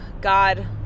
God